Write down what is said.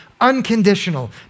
unconditional